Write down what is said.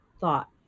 thought